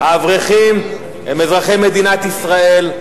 האברכים הם אזרחי מדינת ישראל,